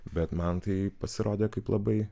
bet man tai pasirodė kaip labai